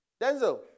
Denzel